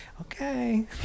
okay